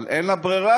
אבל אין לה ברירה,